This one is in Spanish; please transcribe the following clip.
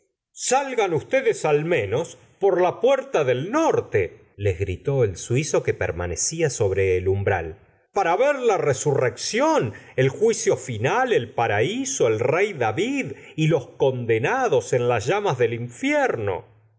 salgan ustedes al menos por la puerta del norte les gritó el suizo que permanecía sobre el umbral para ver la resurrección el juicio final el paraíso el rey david y los condenados en las llamas del infierno